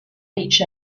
each